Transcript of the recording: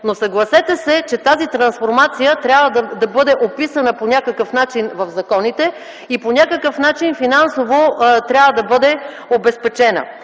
Но съгласете се, че тази трансформация трябва да бъде описана по някакъв начин в законите и по някакъв начин финансово трябва да бъде обезпечена.